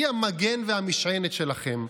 היא המגן והמשענת שלכם,